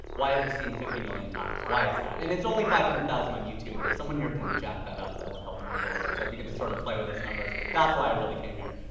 why it was seen fifty million times. why is that? and it's only five hundred thousand on youtube, but if someone here can jack that up, that would help me a little bit. so if you can just sort of play with those numbers, that's why i really came here.